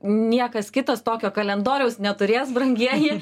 niekas kitas tokio kalendoriaus neturės brangieji